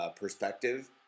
perspective